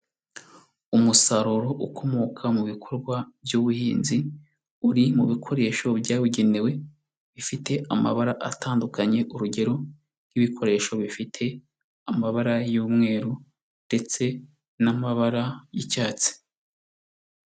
Umusaruro ukomoka mu bikorwa by'ubuhinzi, uri mu bikoresho byabugenewe bifite amabara atandukanye, urugero nk'ibikoresho bifite amabara y'umweru, ndetse n'amabara y'icyatsi.